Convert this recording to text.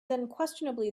unquestionably